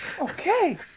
Okay